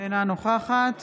אינה נוכחת